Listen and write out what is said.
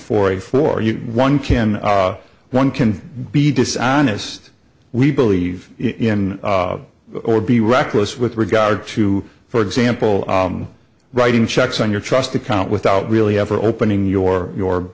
know one can one can be dishonest we believe in or be reckless with regard to for example writing checks on your trust account without really ever opening your your